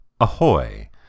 Ahoy